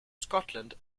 scotland